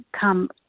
come